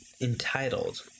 entitled